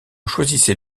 choisissait